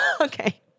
Okay